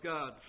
God